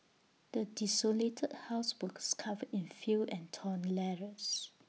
the desolated house was covered in fill and torn letters